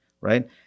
right